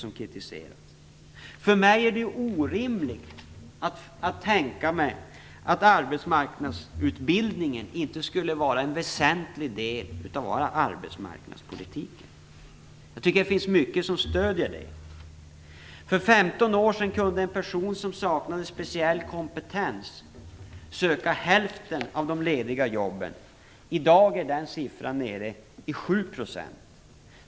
För mig framstår det som orimligt att arbetsmarknadsutbildningen inte skulle vara en väsentlig del av arbetsmarknadspolitiken. Jag tycker att det finns mycket som stödjer den uppfattningen. För 15 år sedan kunde en person som saknade speciell kompetens söka hälften av de lediga jobben. I dag är motsvarande siffra så låg som 7 %.